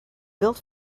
built